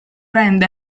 rende